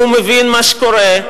והוא מבין מה שקורה.